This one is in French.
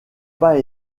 pas